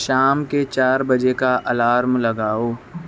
شام کے چار بجے کا الارم لگاؤ